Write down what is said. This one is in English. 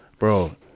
Bro